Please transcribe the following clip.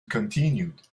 continued